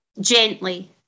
gently